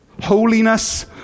Holiness